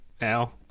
Al